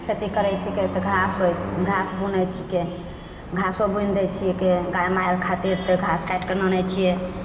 खेती करै छिकै तऽ घास होइ घास बुनै छिकै घासो बुनि दै छिकै गाइ माल खातिर तऽ खास काटिके आनै छिए